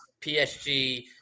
PSG